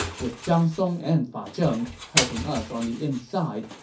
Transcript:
with zhang song and fa zheng helping us on the inside,